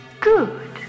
Good